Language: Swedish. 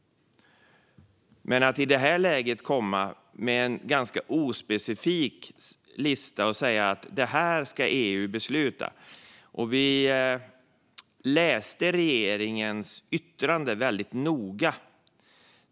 I det läget kan man inte komma med en ganska ospecifik lista och säga: Det här ska EU besluta. Vi läste regeringens yttrande väldigt noga.